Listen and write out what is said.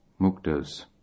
muktas